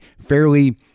fairly